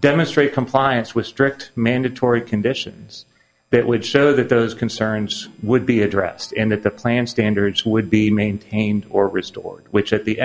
demonstrate compliance with strict mandatory conditions that would show that those concerns would be addressed in that the plan standards would be maintained or restored which at the